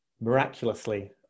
miraculously